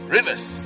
Rivers